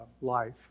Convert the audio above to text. life